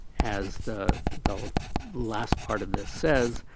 as the the last part of this says,